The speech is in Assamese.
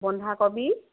বন্ধাকবি